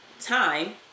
time